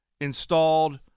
installed